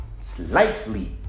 slightly